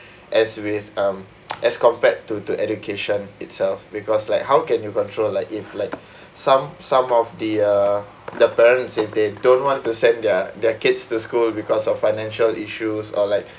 as with um as compared to to education itself because like how can you control like if like some some of the uh the parents if they don't want to send their their kids to school because of financial issues or like